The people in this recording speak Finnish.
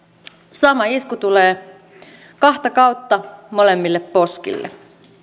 sama isku tulee kahta kautta molemmille poskille